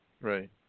right